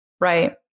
Right